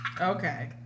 Okay